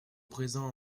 présent